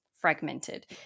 fragmented